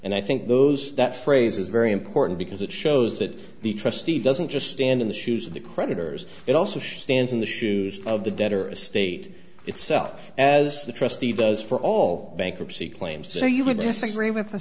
and i think those that phrase is very important because it shows that the trustee doesn't just stand in the shoes of the creditors it also stands in the shoes of the debtor a state itself as the trustee does for all bankruptcy claims so you would disagree with